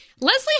Leslie